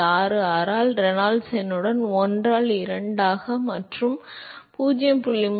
664 ஆல் ரெனால்ட்ஸ் எண்ணுடன் 1 ஆல் 2 மற்றும் 0